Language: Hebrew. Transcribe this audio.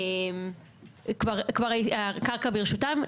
כבר הקרקע ברשותם,